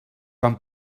com